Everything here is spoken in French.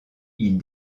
ils